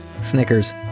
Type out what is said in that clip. Snickers